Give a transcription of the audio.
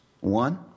One